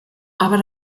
aber